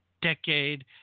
decade